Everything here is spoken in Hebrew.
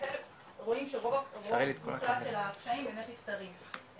כאלה רואים שרוב העבירות של הפשעים באמת נפתרים,